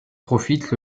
profitent